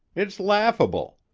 it's laughable.